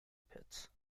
pits